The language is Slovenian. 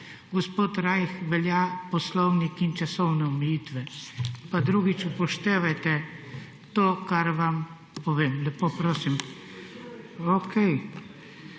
gospod Rajh, velja poslovnik in časovne omejitve. Pa drugič upoštevajte to, kar vam povem, lepo prosim.